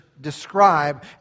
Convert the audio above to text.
describe